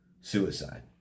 suicide